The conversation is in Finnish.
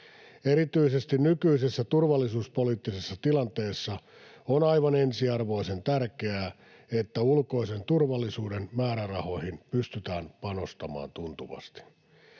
Erityisesti nykyisessä turvallisuuspoliittisessa tilanteessa on aivan ensiarvoisen tärkeää, että ulkoisen turvallisuuden määrärahoihin pystytään panostamaan tuntuvasti.